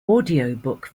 audiobook